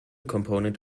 component